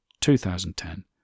2010